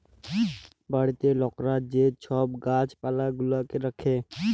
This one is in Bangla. বাড়িতে লকরা যে ছব গাহাচ পালা গুলাকে রাখ্যে